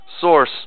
source